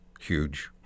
huge